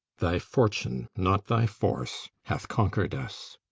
thy fortune, not thy force, hath conquered us.